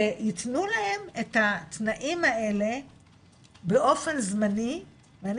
שייתנו להם את התנאים האלה באופן זמני ואני